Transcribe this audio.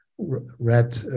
read